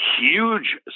huge